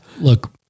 look